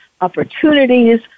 opportunities